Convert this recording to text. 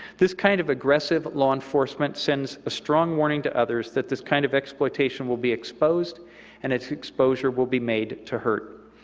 this kind of aggressive law enforcement sends a strong warning to others that this kind of exploitation will be exposed and its its exposure will be made to hurt.